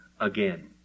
again